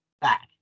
back